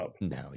No